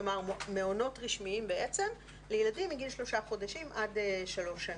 כלומר מעונות רשמיים בעצם לילדים מגיל שלושה חודשים עד שלוש שנים.